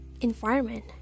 environment